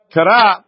Kara